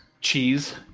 cheese